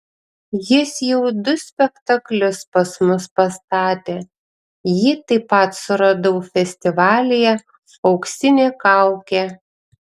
jis jau du spektaklius pas mus pastatė jį taip pat suradau festivalyje auksinė kaukė